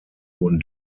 wurden